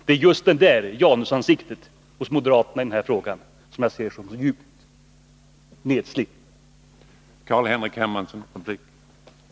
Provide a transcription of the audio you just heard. Det är detta janusansikte hos moderaterna i denna fråga som jag ser som något djupt nesligt.